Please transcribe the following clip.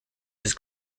his